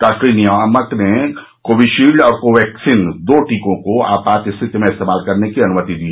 राष्ट्रीय नियामक ने कोविशील्ड और कोवैक्सीन दो टीकों को आपात रिथिति में इस्तेमाल करने की अनुमति दी